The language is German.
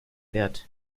wird